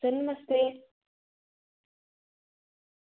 sir नमस्ते